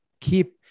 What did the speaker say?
keep